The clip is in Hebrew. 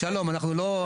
שלום, אנחנו לא נתעלם מזה.